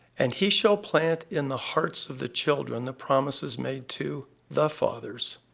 and he shall plant in the hearts of the children the promises made to the fathers,